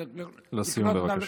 לסיום, בבקשה.